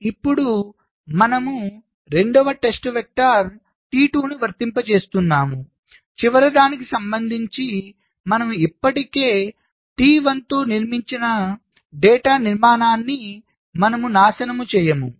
ఇప్పుడు మనము రెండవ టెస్ట్ వెక్టర్ T2 ను వర్తింపజేస్తున్నాము చివరిదానికి సంబంధించి మనము ఇప్పటికే T1 తో నిర్మించిన డేటా నిర్మాణాన్ని మనము నాశనం చేయము